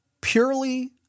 purely